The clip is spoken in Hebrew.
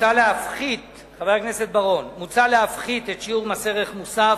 מי שרוצה להשתמש בתקנון,